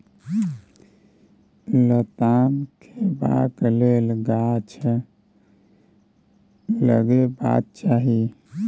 लताम खेबाक लेल गाछ लगेबाक चाही